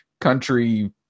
country